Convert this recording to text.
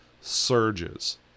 surges